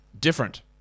different